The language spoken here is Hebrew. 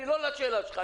לא לשאלה שלך.